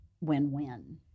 win-win